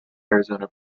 arizona